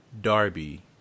Darby